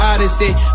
Odyssey